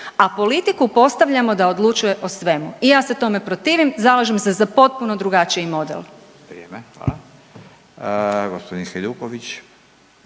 a politiku postavljamo da odlučuje o svemu i ja se tome protivim, zalažem se za potpuno drugačiji model.